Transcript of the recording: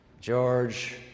George